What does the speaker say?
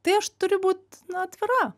tai aš turiu būt na atvira